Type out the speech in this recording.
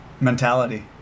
mentality